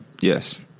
yes